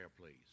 please